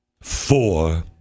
Four